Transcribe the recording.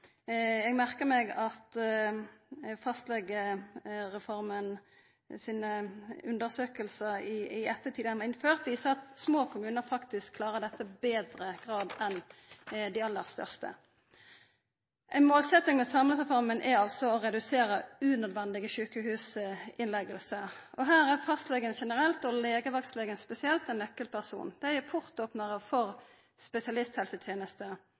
Eg merkar meg at undersøkingar etter at fastlegereforma blei innført, viser at små kommunar faktisk klarar dette i betre grad enn dei aller største. Ei målsetjing med Samhandlingsreforma er å redusera unødvendige sjukehusinnleggingar. Her er fastlegen generelt, og legevaktlegen spesielt, ein nøkkelperson – dei er døropnarar for